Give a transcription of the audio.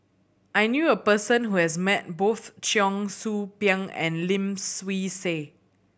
I knew a person who has met both Cheong Soo Pieng and Lim Swee Say